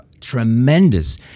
tremendous